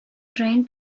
trying